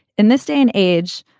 in this day and age,